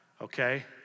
okay